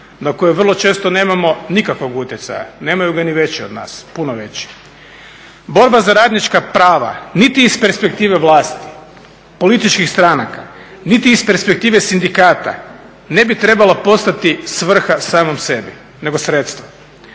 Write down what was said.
na koje vrlo često nemamo nikakvog utjecaja, nemaju ga ni veći od nas, puno veći. Borba za radnička prava niti iz perspektive vlasti, političkih stranaka niti iz perspektive sindikata ne bi trebalo postati svrha samom sebi, nego sredstvu.